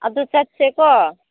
ꯑꯗꯨ ꯆꯠꯁꯦꯀꯣ